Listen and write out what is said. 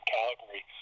Calgary